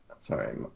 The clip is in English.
Sorry